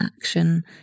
action